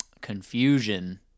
confusion